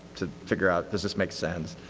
to figure out does this make sense.